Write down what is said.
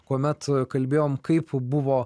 kuomet kalbėjom kaip buvo